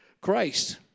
Christ